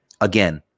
Again